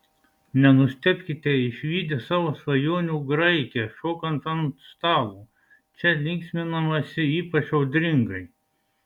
nenustebkite išvydę savo svajonių graikę šokant ant stalo čia linksminamasi ypač audringai